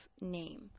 name